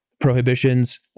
prohibitions